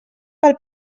pel